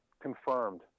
confirmed